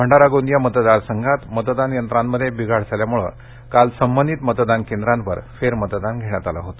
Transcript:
भंडारा गोंदिया मतदारसंघात मतदान यंत्रांमध्ये बिघाड झाल्यामुळं काल संबंधित मतदान केंद्रांवर फेरमतदान घेण्यात आलं होतं